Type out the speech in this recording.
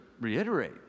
reiterate